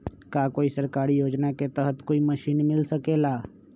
का कोई सरकारी योजना के तहत कोई मशीन मिल सकेला?